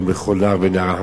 לכל נער ונערה.